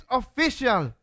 official